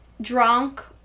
drunk